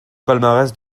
palmarès